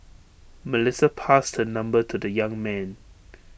Melissa passed her number to the young man